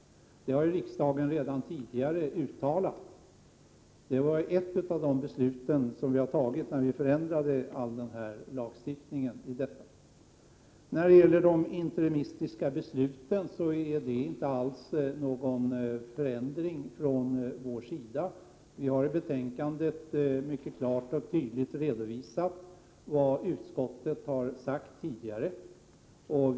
Riksdagen har ju som sagt redan tidigare uttalat detta genom ett av de beslut som har fattats när det gäller att förändra lagstiftningen på detta område. När det gäller de interimistiska besluten är det inte alls fråga om att vi har ändrat ståndpunkt. I betänkandet har vi mycket klart och tydligt redovisat vad utskottet tidigare har sagt.